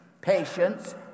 patience